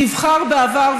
נבחר בעבר,